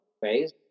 phase